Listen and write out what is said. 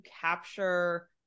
capture